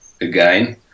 again